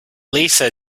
lisa